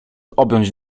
objąć